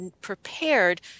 prepared